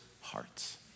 hearts